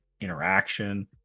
interaction